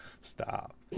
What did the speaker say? Stop